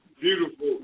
beautiful